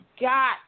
got